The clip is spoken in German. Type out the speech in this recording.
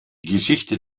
geschichte